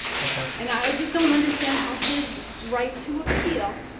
and i just don't understand how his right to appeal,